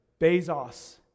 Bezos